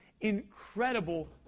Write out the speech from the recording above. incredible